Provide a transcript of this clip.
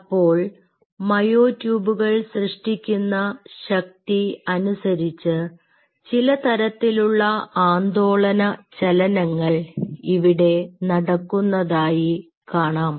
അപ്പോൾ മയോ ട്യൂബുകൾ സൃഷ്ടിക്കുന്ന ശക്തി അനുസരിച്ച് ചില തരത്തിലുള്ള ആന്തോളനചലനങ്ങൾ ഇവിടെ നടക്കുന്നതായി കാണാം